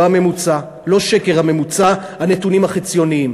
לא הממוצע, לא שקר הממוצע, הנתונים החציוניים.